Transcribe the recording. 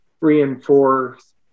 reinforce